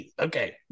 Okay